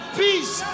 peace